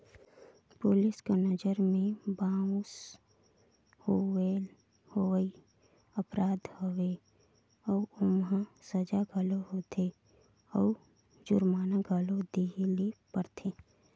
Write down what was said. police कर नंजर में बाउंस होवई अपराध हवे अउ ओम्हां सजा घलो होथे अउ जुरमाना घलो देहे ले परथे